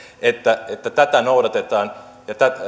niin tätä noudatetaan